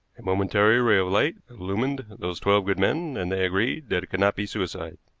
a momentary ray of light illumined those twelve good men, and they agreed that it could not be suicide.